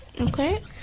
Okay